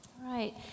right